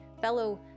fellow